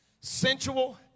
sensual